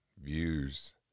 views